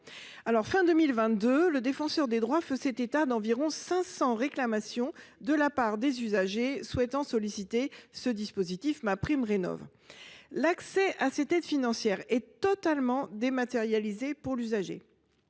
la fin de 2022, le Défenseur des droits faisait état d’environ 500 réclamations de la part d’usagers souhaitant solliciter le dispositif MaPrimeRénov’. L’accès à cette aide financière est totalement dématérialisé pour l’usager.